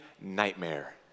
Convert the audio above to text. nightmare